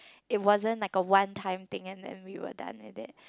it wasn't like a one time thing and then we were done with it